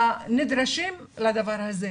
הנדרשים לדבר הזה.